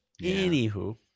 Anywho